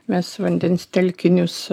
mes vandens telkinius